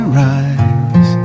rise